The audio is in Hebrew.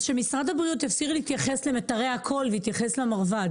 אז שמשרד הבריאות יפסיק להתייחס למיתרי הקול ויתייחס למרב"ד,